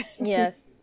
Yes